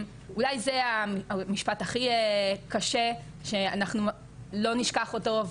זה אולי המשפט הכי קשה שאנחנו לא נשכח אותו,